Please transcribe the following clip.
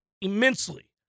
immensely